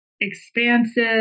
Expansive